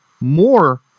more